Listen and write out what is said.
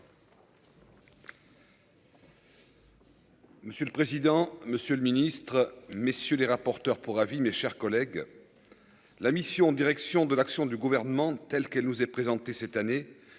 Monsieur le président, Monsieur le ministre, messieurs les rapporteurs pour avis, mes chers collègues, la mission Direction de l'action du gouvernement de telle qu'elle nous est présentée cette année